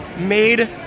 made